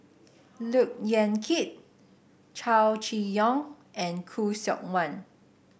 Look Yan Kit Chow Chee Yong and Khoo Seok Wan